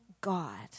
God